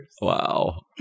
wow